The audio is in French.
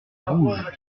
rouges